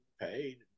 paid